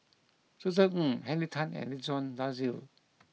Josef Ng Henry Tan and Ridzwan Dzafir